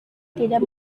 tidak